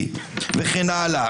וחבל.